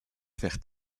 faire